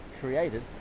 created